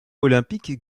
olympique